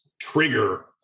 trigger